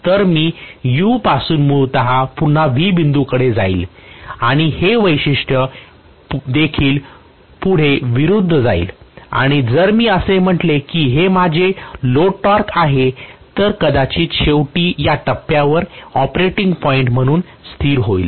तर मी U पासून मूळतः पुन्हा V बिंदूकडे जाईल आणि हे वैशिष्ट्य देखील पुढे विरुद्ध जाईल आणि जर मी असे म्हटले की हे माझे लोड टॉर्क आहे तर कदाचित शेवटी या टप्प्यावर ऑपरेटिंग पॉईंट म्हणून स्थिर होईल